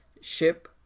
ship